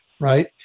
right